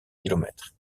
kilomètres